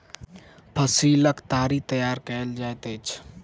फसीलक ताड़ी तैयार कएल जाइत अछि